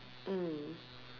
mm